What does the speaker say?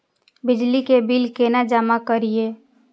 बिजली के बिल केना जमा करिए?